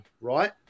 right